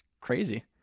crazy